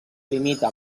limita